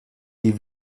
die